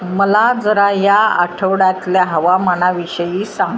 मला जरा या आठवड्यातल्या हवामानाविषयी सांग